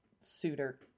suitor